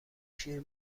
شیر